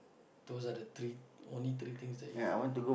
those are the three only three things that you will do